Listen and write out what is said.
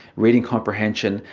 reading comprehension,